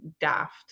daft